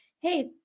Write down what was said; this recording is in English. hey